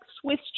Swiss